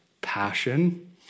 passion